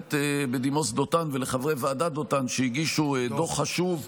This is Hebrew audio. השופטת בדימוס דותן ולחברי ועדת דותן שהגישו דוח חשוב,